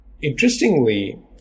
interestingly